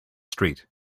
street